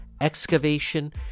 excavation